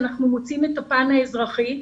אנחנו מוצאים את הפן האזרחי.